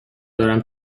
دارم